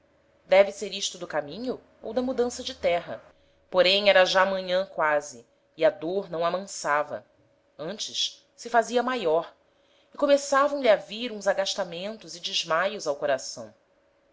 deve ser isto do caminho ou da mudança de terra porém era já manhan quase e a dôr não amansava antes se fazia maior e começavam lhe a vir uns agastamentos e desmaios ao coração